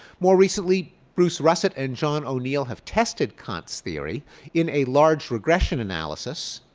more recently bruce russett and john oneal have tested kant's theory in a large regression analysis,